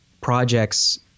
projects